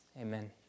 Amen